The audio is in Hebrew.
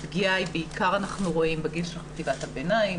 אנחנו רואים שהפגיעה היא בעיקר בגיל של חטיבת הביניים.